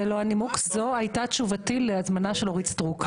זו היתה תשובתי להזמנה של חברת הכנסת אורית סטרוק.